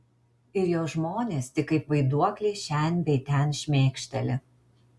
ir jo žmonės tik kaip vaiduokliai šen bei ten šmėkšteli